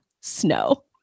Snow